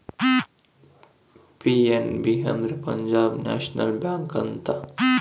PNB ಅಂದ್ರೆ Punjab national bank ಅಂತ